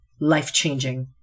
life-changing